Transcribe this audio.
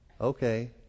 okay